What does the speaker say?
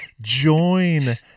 join